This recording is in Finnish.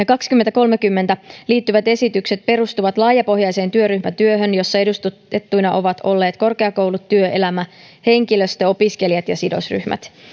kaksituhattakolmekymmentä liittyvät esitykset perustuvat laajapohjaiseen työryhmätyöhön jossa edustettuina ovat olleet korkeakoulut työelämä henkilöstö opiskelijat ja sidosryhmät